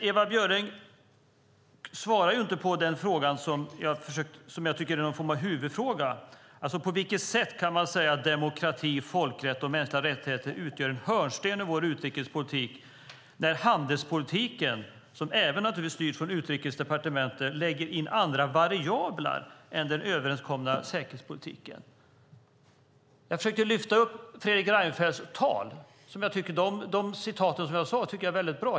Ewa Björling svarade inte på den fråga som jag tycker är någon form av huvudfråga. På vilket sätt kan man säga att demokrati, folkrätt och mänskliga rättigheter utgör en hörnsten i vår utrikespolitik när handelspolitiken, som även styrs från Utrikesdepartementet, lägger in andra variabler än den överenskomna säkerhetspolitiken? Jag försökte lyfta upp Fredrik Reinfeldts tal. De citat jag hade tycker jag är väldigt bra.